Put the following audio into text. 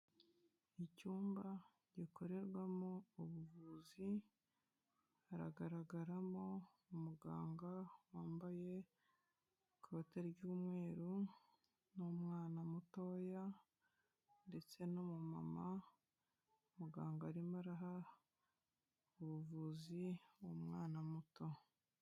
Icyumba gikorerwamo ubuvuzi haragaragaramo umuganga wambaye ikote ry'umweru n'umwana mutoya ndetse n'umumama, muganga arimo araha ubuvuzi umwana muto.